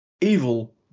Evil